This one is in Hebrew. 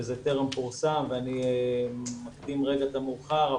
וזה טרם פורסם ואני מקדים רגע את המאוחר,